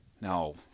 No